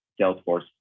Salesforce